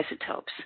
isotopes